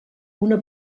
una